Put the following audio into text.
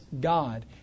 God